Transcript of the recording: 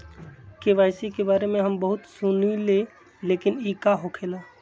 KYC के बारे में हम बहुत सुनीले लेकिन इ का होखेला?